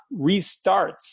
restarts